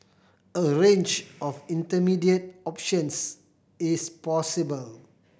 a range of intermediate options is possible